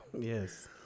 Yes